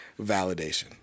validation